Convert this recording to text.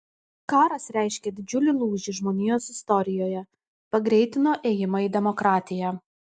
karas reiškė didžiulį lūžį žmonijos istorijoje pagreitino ėjimą į demokratiją